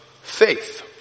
faith